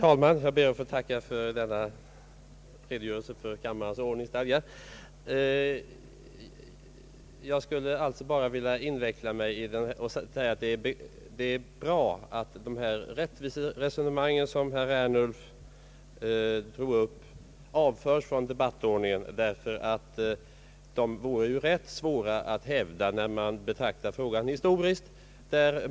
Om detta är min sista replik, herr talman, får jag väl tacka. Jag skulle bara vilja säga att det är bra att det rättviseresonemang som herr Ernulf drog upp avförs från debatten, ty det vore rätt svårt att hävda när man betraktar frågan historiskt.